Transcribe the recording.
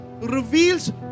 reveals